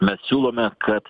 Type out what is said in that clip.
mes siūlome kad